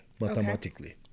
mathematically